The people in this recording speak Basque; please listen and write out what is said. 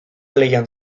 lehian